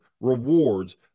rewards